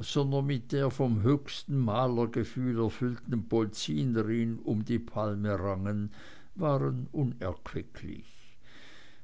sondern mit der vom höchsten malergefühl erfüllten polzinerin um die palme rangen waren unerquicklich